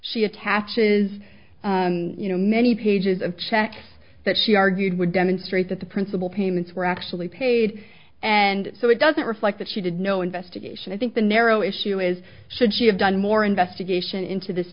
she attaches you know many pages of checks that she argued would demonstrate that the principal payments were actually paid and so it doesn't reflect that she did no investigation i think the narrow issue is should she have done more investigation into this